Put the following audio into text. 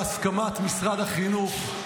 בהסכמת משרד החינוך,